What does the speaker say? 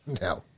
No